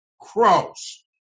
cross